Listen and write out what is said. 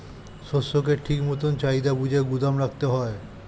শস্যকে ঠিক মতন চাহিদা বুঝে গুদাম রাখতে হয়